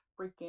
freaking